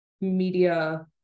media